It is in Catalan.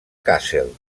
kassel